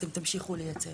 אתם תמשיכו לייצר.